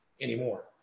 anymore